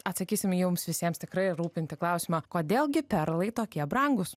atsakysime į jums visiems tikrai rūpintį klausimą kodėl gi perlai tokie brangūs